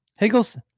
Higgles